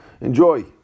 enjoy